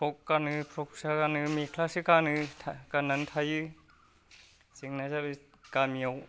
frog गानो फ्रग फिसा गानो मेख्लासो गानो गान्नानै थायो जोंना जाहैबाय गामियाव